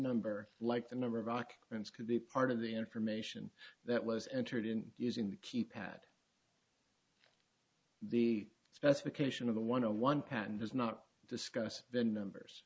number like the number of rock could be part of the information that was entered in using the keypad the specification of the one on one patent does not discuss the numbers